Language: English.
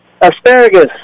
Asparagus